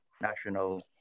national